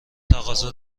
تقاضا